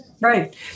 right